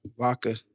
Vodka